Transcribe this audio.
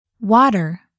Water